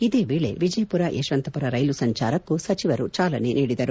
ಇದೇ ವೇಳೆ ವಿಜಯಮರ ಯಶವಂತಮರ ರೈಲು ಸಂಚಾರಕ್ಕೂ ಸಚಿವರು ಚಾಲನೆ ನೀಡಿದರು